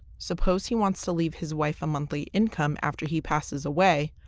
suppose he wants to leave his wife a monthly income after he passes away,